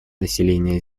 население